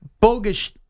Bogus